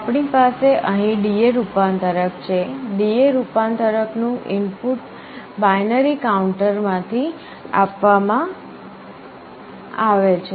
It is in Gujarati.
આપણી પાસે અહીં DA રૂપાંતરક છે DA રૂપાંતરક નું ઇનપુટ બાઈનરી કાઉન્ટરમાંથી આપવામાં આવે છે